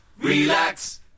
relax